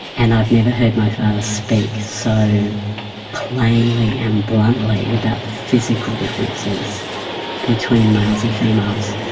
and i'd never heard my father speak so plainly and bluntly about the physical differences between males and females.